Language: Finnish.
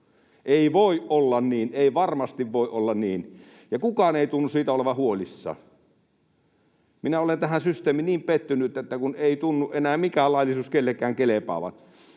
Ei voi olla niin, ei varmasti voi olla niin, ja kukaan ei tunnu siitä olevan huolissaan. Minä olen tähän systeemiin niin pettynyt, kun ei tunnu enää mikään laillisuus kellekään kelpaavan.